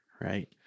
right